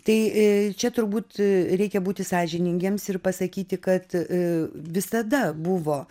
tai čia turbūt reikia būti sąžiningiems ir pasakyti kad visada buvo